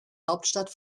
hauptstadt